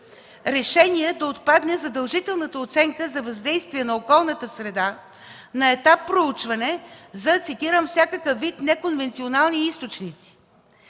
Решение да отпадне задължителната оценка за въздействие на околната среда на етап „Проучване” за, цитирам: „всякакъв вид неконвенционални източници”.